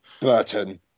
Burton